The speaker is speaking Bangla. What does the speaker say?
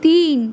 তিন